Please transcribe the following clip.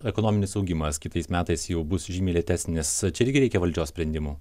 ekonominis augimas kitais metais jau bus žymiai lėtesnis čia irgi reikia valdžios sprendimų